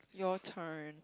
your turn